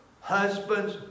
husband's